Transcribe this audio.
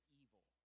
evil